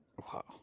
Wow